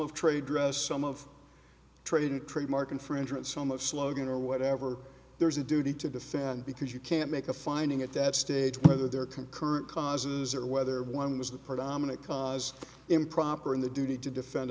of trade dress some of trade a trademark infringement some of slogan or whatever there's a duty to defend because you can't make a finding at that stage whether there concurrent causes or whether one was the predominant cause improper in the duty to defend